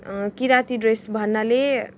किराँती dress भन्नाले